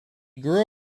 grew